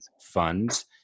funds